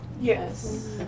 Yes